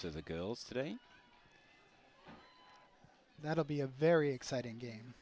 er the girls today that will be a very exciting game